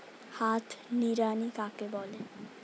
হাত নিড়ানি কাকে বলে?